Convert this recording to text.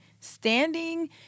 Standing